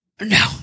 No